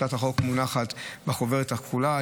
הצעת החוק מונחת בחוברת הכחולה,